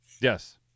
Yes